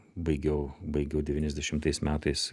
baigiau baigiau devyniasdešimtais metais